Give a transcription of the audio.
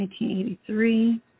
1983